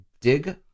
dig